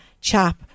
chap